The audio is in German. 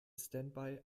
standby